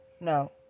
no